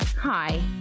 Hi